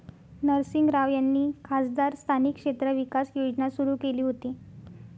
नरसिंह राव यांनी खासदार स्थानिक क्षेत्र विकास योजना सुरू केली होती